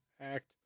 Act